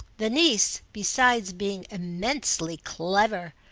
the niece, besides being immensely clever,